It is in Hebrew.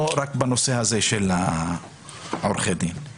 האחוז של עורכי הדין הערבים תמיד היה אחוז גבוה,